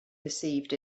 perceived